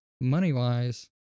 money-wise